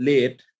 Late